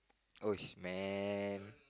!oof! man